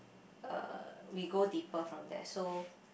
uh we go deeper from there so